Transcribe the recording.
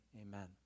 Amen